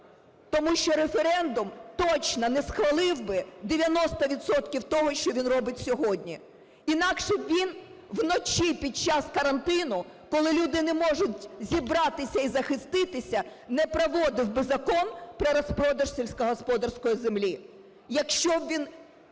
Тому що референдум точно не схвалив би 90 відсотків того, що він робить сьогодні. Інакше б він вночі під час карантину, коли люди не можуть зібратися і захиститися, не проводив би Закон про розпродаж сільськогосподарської землі. Якщо б він